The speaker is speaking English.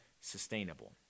sustainable